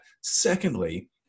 secondly